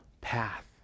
path